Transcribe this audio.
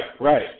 right